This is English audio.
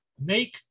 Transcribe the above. make